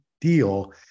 deal